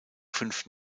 fünf